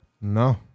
No